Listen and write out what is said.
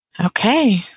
Okay